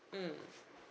mm